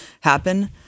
happen